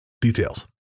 Details